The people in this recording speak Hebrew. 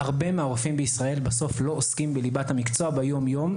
הרבה מהרופאים בישראל לא עוסקים בסוף בליבת המקצוע ביום יום,